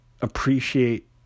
appreciate